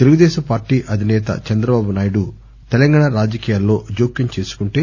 Telugu Desam party అధిసేత చంద్రబాబునాయుడు తెలంగాణా రాజకీయాల్లో జోక్యం చేసుకుంటే